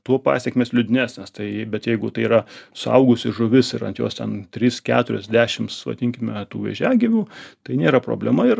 tuo pasekmės liūdnesnės tai bet jeigu tai yra suaugusi žuvis ir ant jos ten trys keturiasdešims vadinkime tų vėžiagyvių tai nėra problema ir